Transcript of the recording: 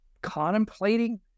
contemplating